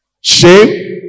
Shame